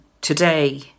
today